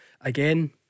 again